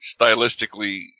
stylistically